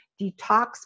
detox